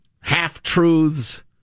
half-truths